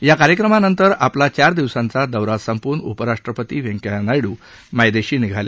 या कार्यक्रमानंतर आपला चार दिवसाचा दौरा संपवून उपराष्ट्रपती वैंकय्या नायडू मायदेशी निघाले